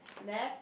left